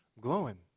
Glowing